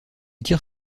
tire